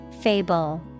Fable